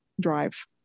drive